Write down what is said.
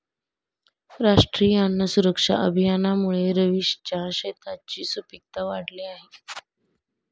राष्ट्रीय अन्न सुरक्षा अभियानामुळे रवीशच्या शेताची सुपीकता वाढली आहे